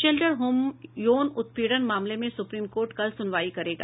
shelter home यौन उत्पीड़न मामले में सुप्रीम कोर्ट कल सुनवाई करेगा